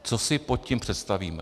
Co si pod tím představíme?